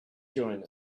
join